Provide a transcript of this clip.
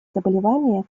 заболевания